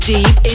Deep